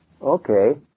Okay